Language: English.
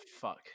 fuck